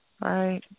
Right